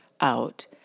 out